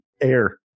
Air